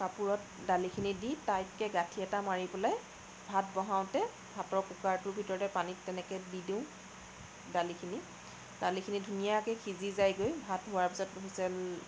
কাপোৰত দালিখিনি দি টাইটকে গাঁঠি এটা মাৰি পেলাই ভাত বহাওঁতে ভাতৰ কুকাৰটোৰ ভিতৰতে পানীত তেনেকে দি দিওঁ দালিখিনি দালিখিনি ধুনীয়াকে সিজি যায়গৈ ভাত হোৱাৰ পিছত হুইচেল